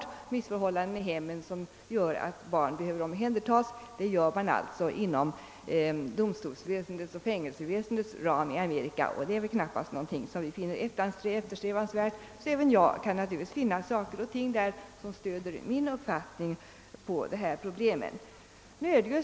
När det är missförhållanden i hemmet som gör att barnen behöver omhändertas, behandlas alltså sådana fall inom domstolsväsendets och fängelseväsendets ram i Amerika, men det är knappast något som vi eftersträvar. Även jag kan alltså där finna saker och ting som stöder min uppfattning.